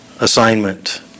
assignment